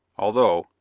although,